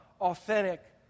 authentic